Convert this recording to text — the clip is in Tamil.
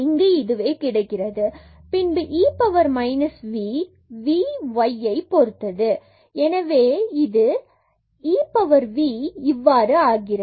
இங்கு கிடைக்கிறது பின்பு e power minus v இந்த v y பொருத்தது ஆகும் எனவே இது e power v இவ்வாறு ஆகிறது